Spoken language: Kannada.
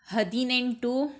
ಹದಿನೆಂಟು